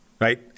Right